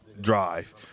drive